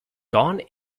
gone